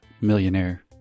millionaire